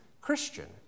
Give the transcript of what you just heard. Christian